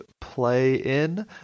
play-in